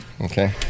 Okay